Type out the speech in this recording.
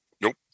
Nope